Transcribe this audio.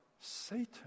Satan